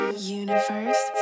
Universe